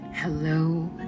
Hello